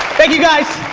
thank you, guys.